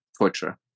torture